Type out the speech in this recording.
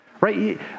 right